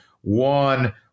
One